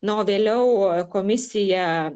na o vėliau komisija